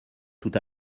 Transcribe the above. tout